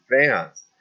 advance